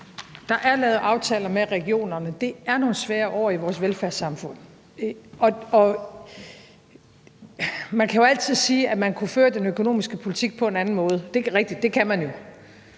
Der er lavet aftaler med regionerne, og det er nogle svære år i vores velfærdssamfund, og man kan jo altid sige, at man kunne føre den økonomiske politik på en anden måde. Det er det jo